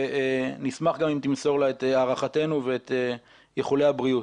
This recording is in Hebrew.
ונשמח גם אם תמסור לה את הערכתנו ואת איחולי הבריאות.